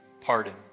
pardon